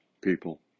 people